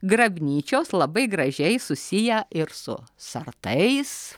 grabnyčios labai gražiai susiję ir su sartais